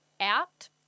Out